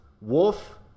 Wolf